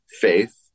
faith